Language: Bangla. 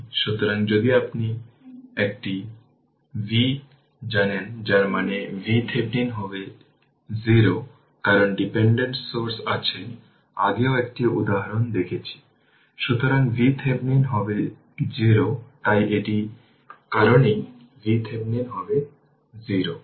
সুতরাং isc হবে 4 অ্যাম্পিয়ার তাই সেই কারণেই যদি এতে আসেন তাই এই সমস্ত জিনিস এখানে লেখা আছে